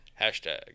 Hashtag